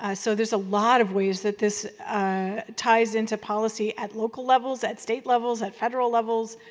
ah so, there's a lot of ways that this ties into policy at local levels, at state levels, at federal levels,